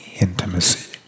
intimacy